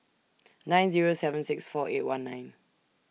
nine Zero seven six four eight one nine